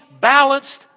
balanced